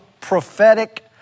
prophetic